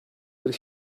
bir